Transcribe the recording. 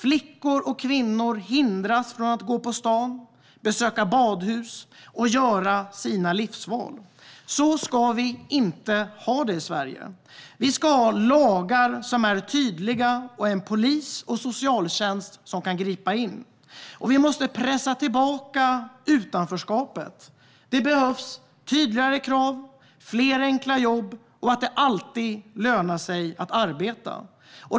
Flickor och kvinnor hindras från att gå på stan, besöka badhus och göra sina livsval. Så ska vi inte ha det i Sverige. Vi ska ha lagar som är tydliga och polis och socialtjänst som kan gripa in. Vi måste pressa tillbaka utanförskapet. Det behövs tydligare krav och fler enkla jobb. Det ska alltid löna sig att arbeta.